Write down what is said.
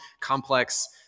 complex